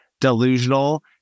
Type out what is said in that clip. delusional